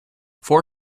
four